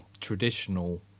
traditional